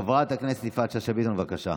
חברת הכנסת יפעת שאשא ביטון, בבקשה.